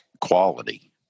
quality